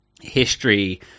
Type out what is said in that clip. history